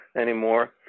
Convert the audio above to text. anymore